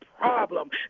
problem